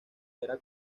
era